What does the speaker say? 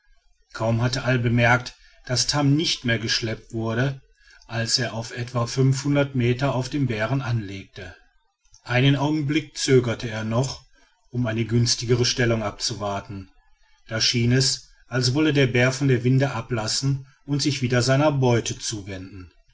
kaum hatte all bemerkt daß tam nicht mehr geschleppt wurde als er auf etwa fünfhundert meter auf den bären anlegte einen augenblick zögerte er noch um eine günstigere stellung abzuwarten da schien es als wolle der bär von der winde ablassen und sich wieder seiner beute zuwenden